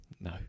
No